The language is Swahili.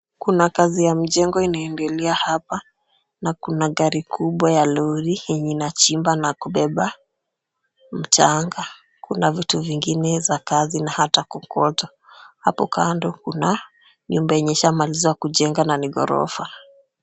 Kuna kazi ya mjengo inaendelea hapa na kuna gari kubwa ya lori yenye inachimba na kubeba mchanga. Kuna vitu vingine za kazi na hata kokoto. Hapo kando kuna nyumba yenye ishamalizwa kujenga na ni ghorofa.